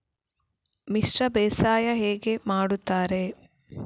ಮಿಶ್ರ ಬೇಸಾಯ ಹೇಗೆ ಮಾಡುತ್ತಾರೆ?